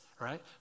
right